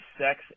sex